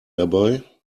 dabei